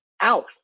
out